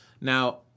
Now